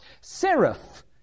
Seraph